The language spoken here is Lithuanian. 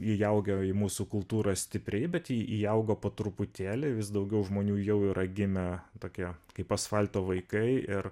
įaugę į mūsų kultūrą stipriai bet įaugo po truputėlį vis daugiau žmonių jau yra gimę tokie kaip asfalto vaikai ir